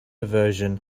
version